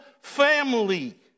family